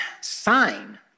sign